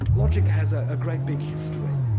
logic has a great big history,